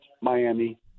Miami